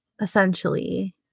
essentially